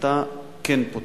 שאתה כן פותח.